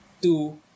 two